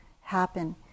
happen